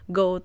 go